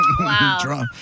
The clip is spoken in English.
Wow